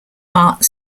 art